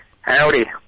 Howdy